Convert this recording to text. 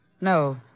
No